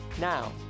Now